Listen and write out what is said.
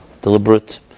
deliberate